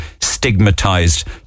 stigmatized